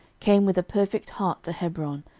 came with a perfect heart to hebron,